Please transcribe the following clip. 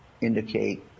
indicate